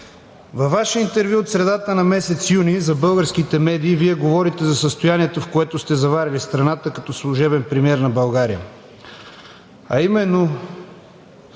Във Ваше интервю от средата на месец юни за българските медии Вие говорите за състоянието, в което сте заварили страната като служебен премиер на България, а именно: